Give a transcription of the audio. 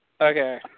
Okay